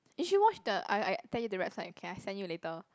you should watch the I I tag you the website okay I send you later